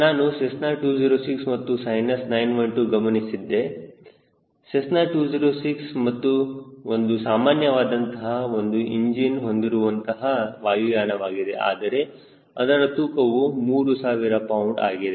ನಾನು ಸೆಸ್ನಾ 206 ಮತ್ತು ಸೈನಸ್ 912 ಗಮನಿಸುತ್ತಿದ್ದೆ ಸೆಸ್ನಾ 206 ಒಂದು ಸಾಮಾನ್ಯವಾದಂತಹ ಒಂದು ಇಂಜಿನ್ ಹೊಂದಿರುವಂತಹ ವಾಯುಯಾನವಾಗಿದೆ ಮತ್ತು ಅದರ ತೂಕವು 3000 ಪೌಂಡ್ ಆಗಿದೆ